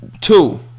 two